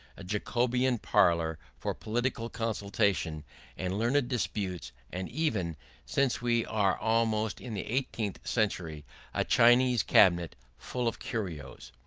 a jacobean parlour for political consultation and learned disputes, and even since we are almost in the eighteenth century a chinese cabinet full of curios.